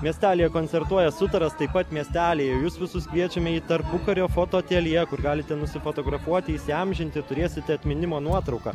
miestelyje koncertuoja sutaras taip pat miestelyje jus visus kviečiame į tarpukario fotoateljė kur galite nusifotografuoti įsiamžinti turėsite atminimo nuotrauką